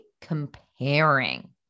comparing